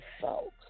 folks